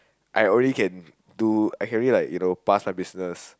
I already can do I can already like you know pass my business